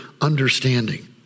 understanding